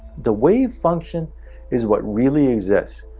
the wave function is what really exists.